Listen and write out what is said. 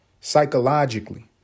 psychologically